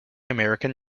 american